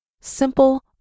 simple